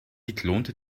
geklonte